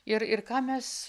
ir ir ką mes